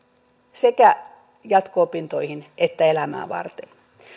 sekä jatko opintoihin että elämää varten